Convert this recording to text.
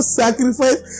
sacrifice